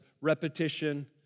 Repetition